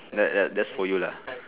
that that that's for you lah